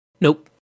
Nope